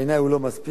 בעיני זה לא מספיק.